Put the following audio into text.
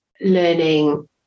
learning